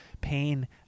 Pain